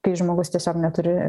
kai žmogus tiesiog neturi